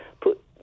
put